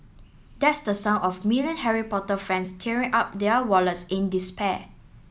that's the sound of million Harry Potter fans tearing up their wallets in despair